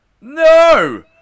no